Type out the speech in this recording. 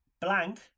blank